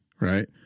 right